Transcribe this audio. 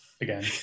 Again